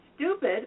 stupid